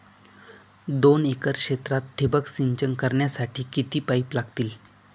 दोन एकर क्षेत्रात ठिबक सिंचन करण्यासाठी किती पाईप लागतील?